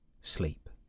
sleep